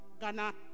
Ghana